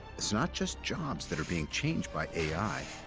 it's not just jobs that are being changed by a i,